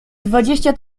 dwadzieścia